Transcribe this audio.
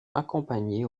accompagnées